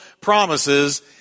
promises